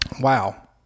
Wow